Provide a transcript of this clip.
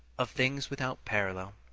of things without parallel.